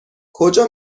کجا